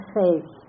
faith